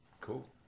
Cool